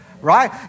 right